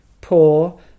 poor